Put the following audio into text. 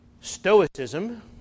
Stoicism